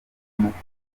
mupolisi